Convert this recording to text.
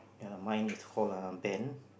ya mine is called err Ben